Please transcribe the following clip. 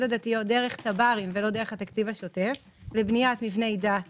הדתיות דרך- -- ולא דרך התקציב השוטף לבניית מבני דת